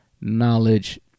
knowledge